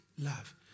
love